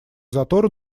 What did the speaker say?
затор